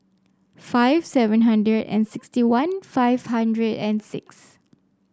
five seven hundred and sixty one five hundred and six